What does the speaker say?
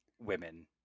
women